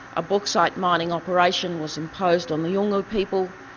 a bauxite mining operation was imposed on the yolngu people,